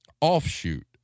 offshoot